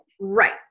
Right